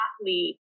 athlete